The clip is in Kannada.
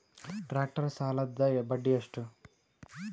ಟ್ಟ್ರ್ಯಾಕ್ಟರ್ ಸಾಲದ್ದ ಬಡ್ಡಿ ಎಷ್ಟ?